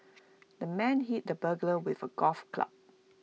the man hit the burglar with A golf club